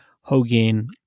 Hogan